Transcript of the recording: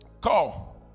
call